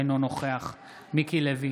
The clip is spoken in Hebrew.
אינו נוכח מיקי לוי,